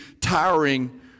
tiring